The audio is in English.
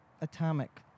Atomic